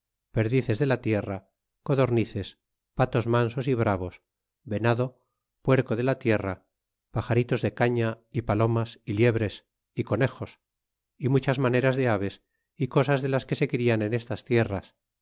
perdices de la tierra codornices patos mansos y bravos venado puerco de la tier ra paxaritos de caña y palomas y liebres y conejos y muchas maneras de aves ó cosas de las que se crian en estas tierras